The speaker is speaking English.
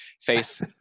face